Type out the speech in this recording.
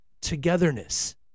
Togetherness